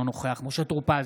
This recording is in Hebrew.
אינו נוכח משה טור פז,